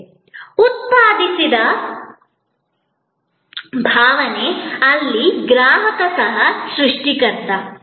ಉತ್ಪಾದಿಸಿದ ಭಾವನೆ ಅಲ್ಲಿ ಗ್ರಾಹಕ ಸಹ ಸೃಷ್ಟಿಕರ್ತನಾಗಿರುತ್ತಾನೆ